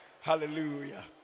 hallelujah